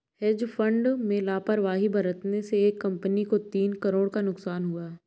hedge fund में लापरवाही बरतने से एक कंपनी को तीन करोड़ का नुकसान हुआ